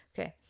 Okay